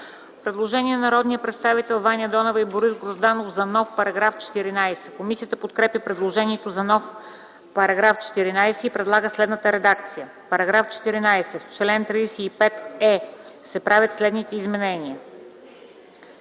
предложение на народните представители Ваня Донева и Борис Грозданов за нов § 14. Комисията подкрепя предложението за нов § 14 и предлага следната редакция: „§ 14. В чл. 35е се правят следните изменения: